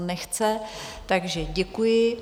Nechce, takže děkuji.